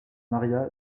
maría